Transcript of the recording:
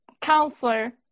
counselor